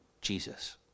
Jesus